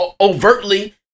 overtly